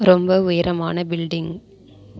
ரொம்ப உயரமான பில்டிங்